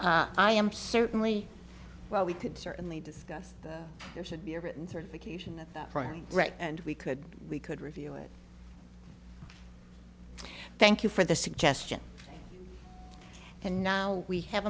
i am certainly well we could certainly discuss there should be a written certification of friends and we could we could review it thank you for the suggestion and now we have